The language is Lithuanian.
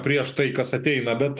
prieš tai kas ateina bet